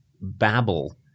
babble